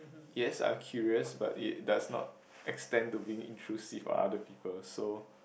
yes I'm curious but it does not extend to being intrusive other people so